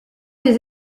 des